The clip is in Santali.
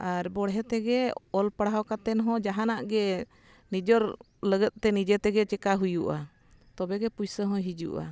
ᱟᱨ ᱵᱚᱲᱦᱮ ᱛᱮᱜᱮ ᱚᱞ ᱯᱟᱲᱦᱟᱣ ᱠᱟᱛᱮᱱ ᱦᱚᱸ ᱡᱟᱦᱟᱱᱟᱜ ᱜᱮ ᱱᱤᱡᱮᱨ ᱞᱟᱹᱜᱤᱫ ᱛᱮ ᱱᱤᱡᱮ ᱛᱮᱜᱮ ᱪᱤᱠᱟᱹ ᱦᱩᱭᱩᱜᱼᱟ ᱛᱚᱵᱮ ᱜᱮ ᱯᱚᱭᱥᱟ ᱦᱚᱸ ᱦᱤᱡᱩᱜᱼᱟ